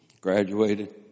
graduated